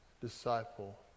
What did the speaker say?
disciple